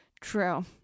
True